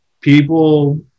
people